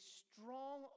strong